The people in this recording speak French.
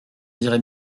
dirait